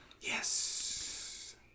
Yes